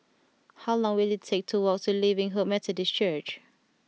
how long will it take to walk to Living Hope Methodist Church